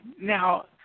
Now